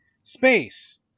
space